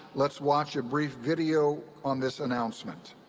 let's watch a brief video on this announcement.